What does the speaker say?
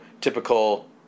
typical